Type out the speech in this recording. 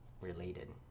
related